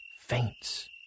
faints